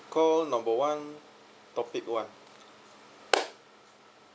call number one topic one